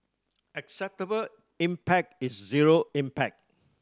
acceptable impact is zero impact